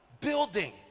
building